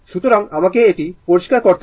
সুতরাং আমাকে এটি পরিষ্কার করতে দিন